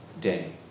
day